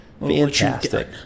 Fantastic